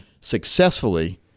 successfully